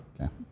Okay